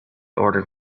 ordered